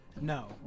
No